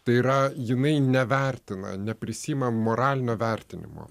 tai yra jinai nevertina neprisiima moralinio vertinimo